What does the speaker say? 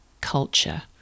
culture